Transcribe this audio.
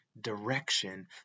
direction